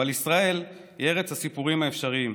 אבל ישראל היא ארץ הסיפורים האפשריים,